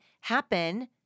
happen